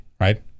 right